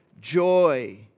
Joy